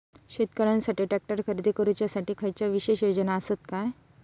शेतकऱ्यांकसाठी ट्रॅक्टर खरेदी करुच्या साठी खयच्या विशेष योजना असात काय?